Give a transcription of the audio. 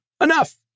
Enough